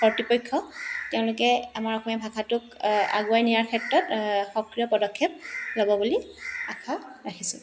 কৰ্তৃপক্ষ তেওঁলোকে আমাৰ অসমীয়া ভাষাটোক আগুৱাই নিয়াৰ ক্ষেত্ৰত সক্ৰিয় পদক্ষেপ ল'ব বুলি আশা ৰাখিছোঁ